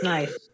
Nice